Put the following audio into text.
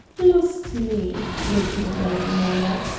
lost me! repeated lady moya.